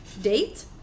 Date